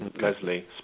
Leslie